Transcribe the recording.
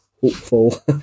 hopeful